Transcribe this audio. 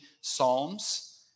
psalms